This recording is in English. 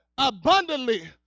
Abundantly